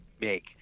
make